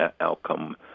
outcome